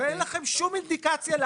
אין לכם שום אינדיקציה.